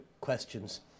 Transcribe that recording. questions